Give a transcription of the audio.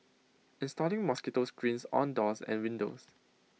installing mosquito screens on doors and windows